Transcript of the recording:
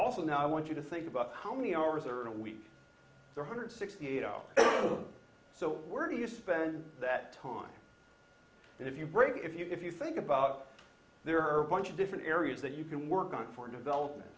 also now i want you to think about how many hours are we hundred sixty eight hours so where do you spend that time and if you break if you think about there are a bunch of different areas that you can work on for development